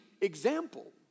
example